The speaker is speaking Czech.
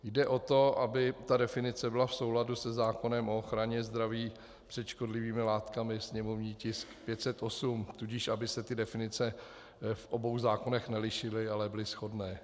Jde o to, aby ta definice byla v souladu se zákonem o ochraně zdraví před škodlivými látkami, sněmovní tisk 508, tudíž aby se ty definice v obou zákonech nelišily, ale byly shodné.